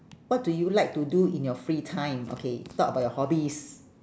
what do you like to do in your free time okay talk about your hobbies